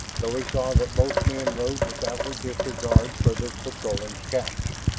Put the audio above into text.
though he saw that both men rode with outward disregard for the patrolling scouts.